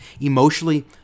emotionally